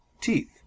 Teeth